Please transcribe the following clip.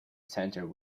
center